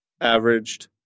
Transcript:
Averaged